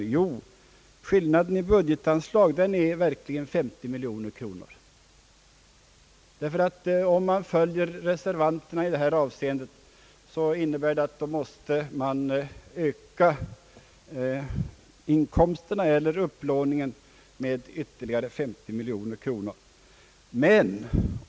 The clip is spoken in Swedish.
Ja, skillnaden i budgetanslag är verkligen 50 miljoner kronor. Om man följer reservanterna i detta avseende måste man nämligen öka inkomsterna eller upplåningen med ytterligare 50 miljoner kronor.